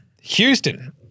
Houston